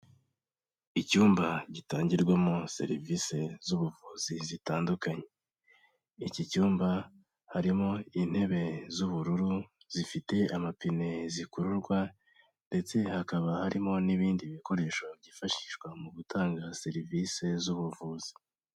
Icyumba gitangirwamo serivisi z'ubuvuzi zitandukanye, iki cyumba harimo intebe z'ubururu zifite amapine zikururwa ndetse hakaba harimo n'ibindi bikoresho byifashishwa mu gutanga serivise z'ubuvuzi.